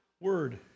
word